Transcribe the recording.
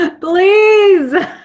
please